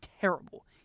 terrible